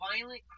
violent